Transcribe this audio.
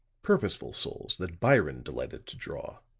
purposeful souls that byron delighted to draw